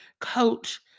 coach